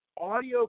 audio